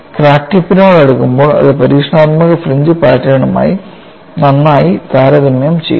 crack ടിപ്പിനോട് അടുക്കുമ്പോൾ അത് പരീക്ഷണാത്മക ഫ്രിഞ്ച് പാറ്റേണുമായി നന്നായി താരതമ്യം ചെയ്യുന്നു